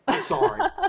Sorry